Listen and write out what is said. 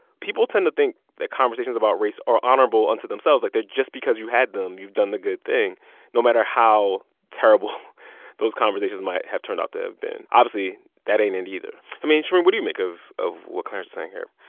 people tend to think that conversations about race are honorable unto themselves like, that just because you had them, you've done the good thing no matter how terrible those conversations might have turned out to have been. obviously, that ain't it and either i mean, shereen, what do you make of of what clarence is saying here?